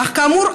אך כאמור,